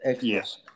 Yes